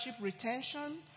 retention